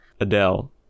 Adele